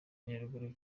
nyaruguru